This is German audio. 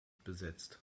besetzt